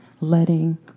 Letting